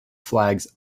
flags